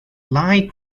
lie